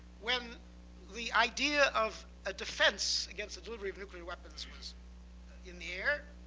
when the idea of a defense against the delivery of nuclear weapons was in the air,